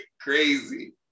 Crazy